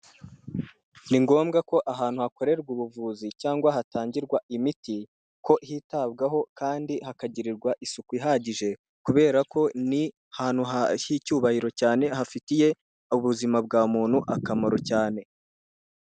Ni ngombwa ko ahantu hakorerwa ubuvuzi cyangwa hatangirwa imiti ko hitabwaho kandi hakagirirwa isuku ihagije kubera ko ni ahantu h'icyubahiro cyane, hafitiye ubuzima bwa muntu akamaro cyane.